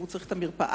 הוא צריך את המרפאה,